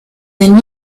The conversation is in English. than